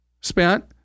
Spent